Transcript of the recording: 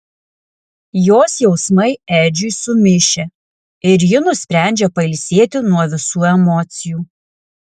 jos jausmai edžiui sumišę ir ji nusprendžia pailsėti nuo visų emocijų